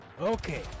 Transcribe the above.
Okay